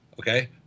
okay